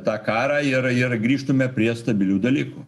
tą karą ir ir grįžtume prie stabilių dalykų